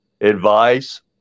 advice